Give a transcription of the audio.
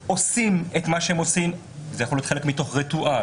שעושים את מה שהם עושים זה יכול להיות חלק מתוך ריטואל,